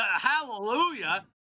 hallelujah